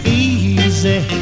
easy